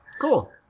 cool